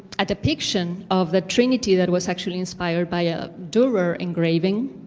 a depiction of the trinity that was actually inspired by a durer engraving.